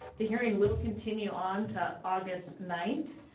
the hearing will continue on to august ninth.